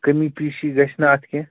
کٔمی پیٖشی گژھِ نا اَتھ کیٚنٛہہ